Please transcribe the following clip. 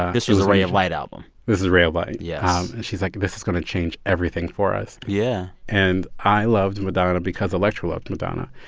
this was the ray of light album this is ray of light. yes and she's like, this is going to change everything for us yeah and i loved madonna because electra loved madonna.